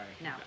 No